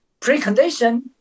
Precondition